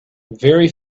very